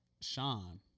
sean